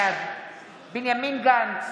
בעד בנימין גנץ,